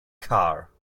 car